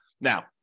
Now